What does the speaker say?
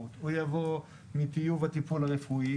הוא יבוא מטיוב הטיפול הרפואי.